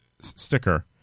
sticker